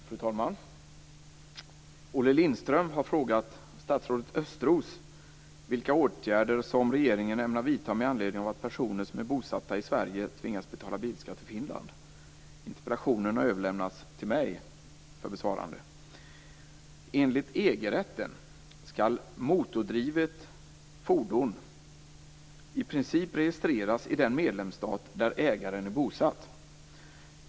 Fru talman! Olle Lindström har frågat statsrådet Östros vilka åtgärder som regeringen ämnar vidta med anledning av att personer som är bosatta i Sverige tvingats betala bilskatt i Finland. Interpellationen har överlämnats till mig för besvarande. Enligt EG-rätten skall motordrivet fordon i princip registreras i den medlemsstat där ägaren är bosatt.